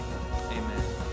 Amen